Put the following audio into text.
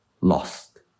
lost